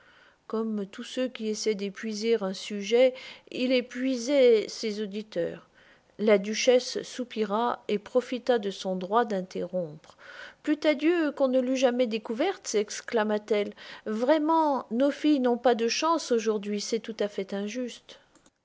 gomme tous ceux qui essayent d'épuiser un sujet il puisait ses auditeurs la duchesse soupira et profita de son droit d interrompre plût à dieu qu'on ne l'eût jamais découverte sexclama t elle vraiment nos filles n'ont pas de chance aujourd'hui c'est tout à fait injuste